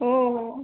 हो हो